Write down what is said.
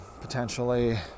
potentially